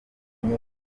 impamo